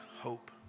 hope